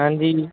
ਹਾਂਜੀ